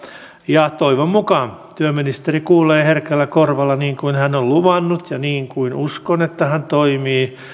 ja toivon mukaan työministeri kuulee herkällä korvalla niin kuin hän on luvannut ja niin kuin uskon että hän toimii